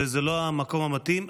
וזה לא המקום המתאים.